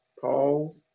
Paul